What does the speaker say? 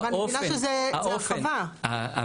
האופן,